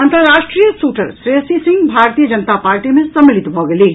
अंतर्राष्ट्रीय shooter Shreyasi Singh Bharatiya Janata party मे सम्मिलित भऽ गेलीह